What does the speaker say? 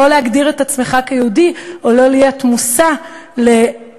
להגדיר את עצמך כיהודי או לא להיות מושא להתנכלויות